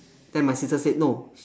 then my sister said no